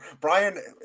brian